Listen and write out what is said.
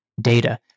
data